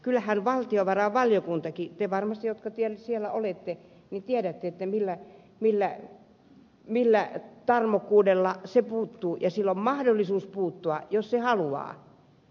kyllähän valtiovarainvaliokuntakin te jotka siellä olette varmasti tiedätte tarmokkuudella puuttuu asioihin ja sillä on mahdollisuus puuttua jos se haluaa